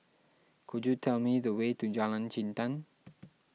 could you tell me the way to Jalan Jintan